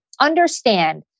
understand